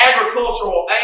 agricultural